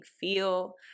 feel